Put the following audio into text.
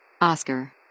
Oscar